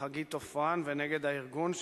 חגית עופרן ונגד הארגון,